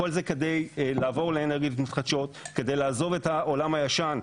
כל זה כדי לעבור לאנרגיות מתחדשות כדי לעזוב את העולם הישן,